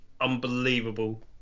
unbelievable